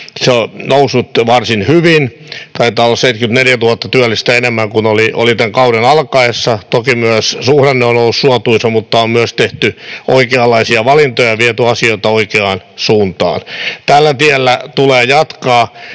on noussut varsin hyvin, taitaa olla 74 000 työllistä enemmän kuin oli tämän kauden alkaessa. Toki myös suhdanne on ollut suotuisa, mutta on myös tehty oikeanlaisia valintoja ja viety asioita oikeaan suuntaan. Tällä tiellä tulee jatkaa,